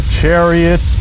chariot